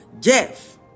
Jeff